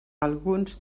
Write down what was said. alguns